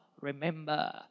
remember